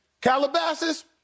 Calabasas